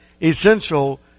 essential